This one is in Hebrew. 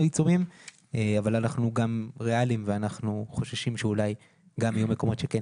עיצומים אבל אנחנו גם ריאליים ואנחנו חוששים שאולי יהיו מקומות שכן